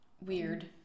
weird